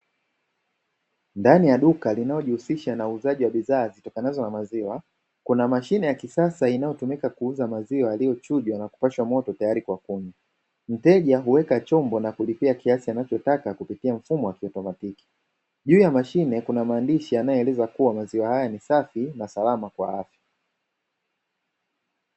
Ndani ya duka linaojihusisha na uuzaji wa bidhaa zitokanazo na maziwa kuna mashine ya kisasa inayotumika kuuza maziwa aliyochujwa na kupashwa moto tayari kwa kunywa, mteja huweka chombo na kulipia kiasi anachotaka kupitia mfumo wa kiwepa matiki juu ya mashine kuna maandishi yanayoeleza kuwa maziwa haya ni safi na salama kwa afya.